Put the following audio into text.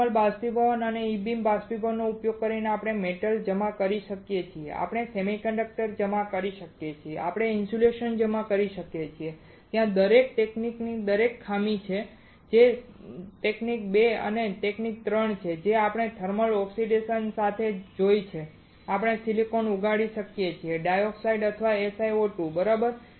thermal બાષ્પીભવન અને E beam બાષ્પીભવનનો ઉપયોગ કરીને આપણે મેટલ જમા કરી શકીએ છીએ આપણે સેમિકન્ડક્ટર જમા કરી શકીએ છીએ આપણે ઇન્સ્યુલેટર જમા કરી શકીએ છીએ ત્યાં દરેક તકનીકની દરેક ખામી છે જે તકનીક 2 અને તકનીક 3 છે જે આપણે થર્મલ ઓક્સિડેશન સાથે જોઈ છે આપણે સિલિકોન ઉગાડી શકીએ છીએ ડાયોક્સાઇડ અથવા SiO2 બરાબર